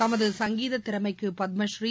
தமது சங்கீதத் திறமைக்கு பத்மஸ்ரீ